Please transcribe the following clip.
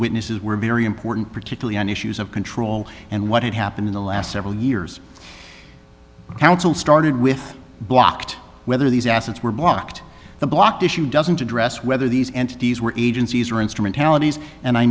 witnesses were very important particularly on issues of control and what had happened in the last several years counsel started with blocked whether these assets were blocked the blocked issue doesn't address whether these entities were agencies or instrumentalities and i